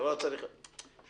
בבקשה.